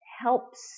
helps